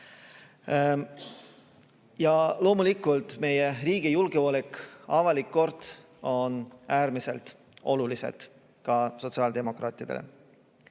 Ja loomulikult meie riigi julgeolek ja avalik kord on äärmiselt olulised ka sotsiaaldemokraatidele.